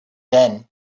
then